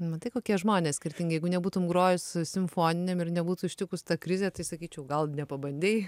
matai kokie žmonės skirtingi jeigu nebūtum grojus simfoniniam ir nebūtų ištikus ta krizė tai sakyčiau gal nepabandei